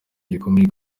gikomeye